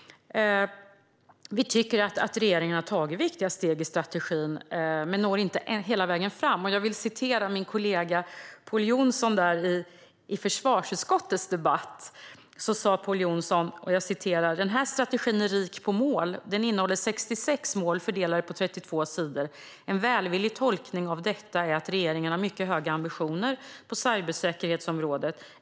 Vi tycker att regeringen har tagit viktiga steg i strategin men att den inte når hela vägen fram. Jag vill citera min kollega Pål Jonson, som i försvarsutskottets debatt sa: "Den här strategin är rik på mål. Den innehåller 66 mål fördelade på 32 sidor. En välvillig tolkning av detta är att regeringen har mycket höga ambitioner på cybersäkerhetsområdet.